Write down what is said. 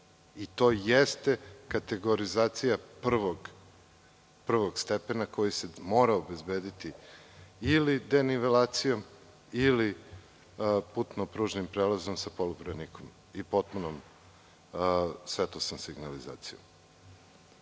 To jeste kategorizacija prvog stepena koji se mora obezbediti ili denivelacijom ili putno-pružnim prelazom sa polubranikom i potpunom svetlosnom signalizacijom. Ponavljam,